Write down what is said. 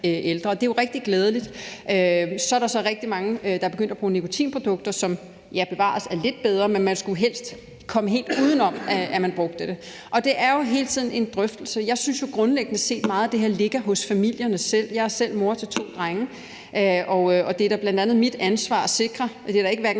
ældre, og det er jo rigtig glædeligt. Så er der rigtig mange, der er begyndt at bruge nikotinprodukter, som, ja, bevares, er lidt bedre, men man skulle jo helst komme helt uden om, at man brugte det, og det er hele tiden en drøftelse. Jeg synes jo grundlæggende set, at meget af det her ligger hos familierne selv. Jeg er selv mor til to drenge, og det er da bl.a. mit ansvar at sikre. Det er da ikke hverken